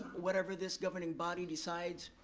whatever this governing body decides,